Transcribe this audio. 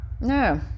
No